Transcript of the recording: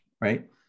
right